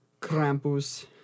Krampus